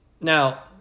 Now